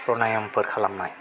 प्रनायामफोर खालामनाय